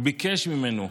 הוא ביקש ממנו: